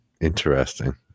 Interesting